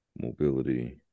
mobility